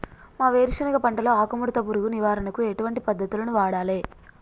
మా వేరుశెనగ పంటలో ఆకుముడత పురుగు నివారణకు ఎటువంటి పద్దతులను వాడాలే?